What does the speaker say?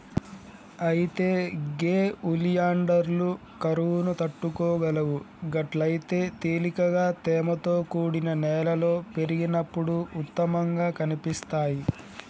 అయితే గే ఒలియాండర్లు కరువును తట్టుకోగలవు గట్లయితే తేలికగా తేమతో కూడిన నేలలో పెరిగినప్పుడు ఉత్తమంగా కనిపిస్తాయి